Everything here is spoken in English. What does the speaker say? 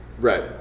Right